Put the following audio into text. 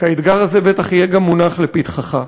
כי האתגר הזה בטח יהיה מונח לפתחך.